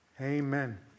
amen